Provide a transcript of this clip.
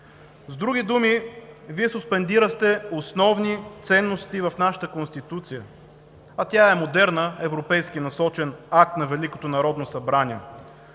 С други думи, Вие суспендирахте основни ценности в нашата Конституция, а тя е модерна, европейски насочен акт на